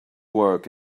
work